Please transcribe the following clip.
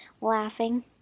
laughing